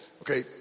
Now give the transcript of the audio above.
okay